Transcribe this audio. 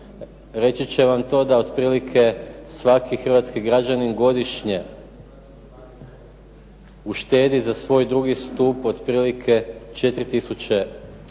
reći će vam to da otprilike svaki hrvatski građanin godišnje uštedi za svoj drugi stup otprilike 4 tisuće